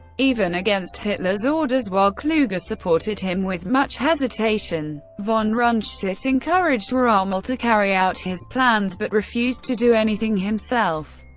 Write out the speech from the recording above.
even against hitler's orders, while kluge supported him with much hesitation. von rundstedt encouraged rommel to carry out his plans, but refused to do anything himself,